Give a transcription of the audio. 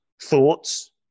thoughts